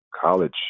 college